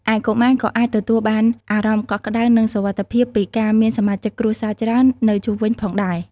ឯ កុមារក៏អាចទទួលបានអារម្មណ៍កក់ក្តៅ និងសុវត្ថិភាពពីការមានសមាជិកគ្រួសារច្រើននៅជុំវិញផងដែរ។